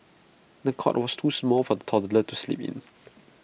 the cot was too small for the toddler to sleep in